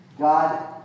God